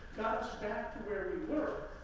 back to where we were.